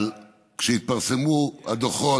אבל כשהתפרסמו הדוחות,